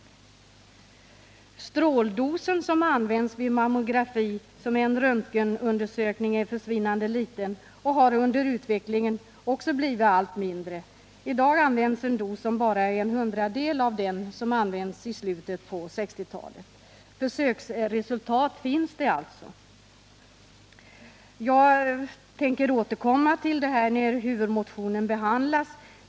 Den stråldos som används vid mammografi, som är en röntgenundersökning, är försvinnande liten och har under utvecklingen blivit allt mindre. I dag används en dos som bara är en hundradel av den som användes i slutet på 1960-talet. Försöksresultat finns alltså. Jag tänkter återkomma till detta när huvudmotionen behandlas.